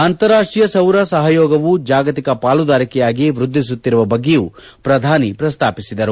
ಅಂತಾರಾಷ್ಷೀಯ ಸೌರ ಸಹಯೋಗವು ಜಾಗತಿಕ ಪಾಲುದಾರಿಕೆಯಾಗಿ ವ್ಯಧ್ಲಿಸುತ್ತಿರುವ ಬಗ್ಗೆಯೂ ಪ್ರಧಾನಿ ಪ್ರಸ್ತಾಪಿಸಿದರು